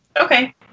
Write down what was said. Okay